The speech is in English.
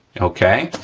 okay?